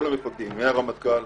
כל המפקדים: הרמטכ"ל,